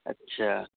اچھا